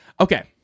okay